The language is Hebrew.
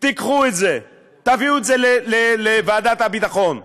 תיקחו את זה, תביאו את זה לוועדת הביטחון,